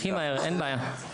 הכי מהר, אין בעיה.